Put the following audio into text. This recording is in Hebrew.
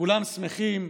וכולם שמחים,